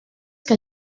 que